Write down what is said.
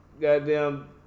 Goddamn